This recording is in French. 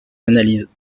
analyses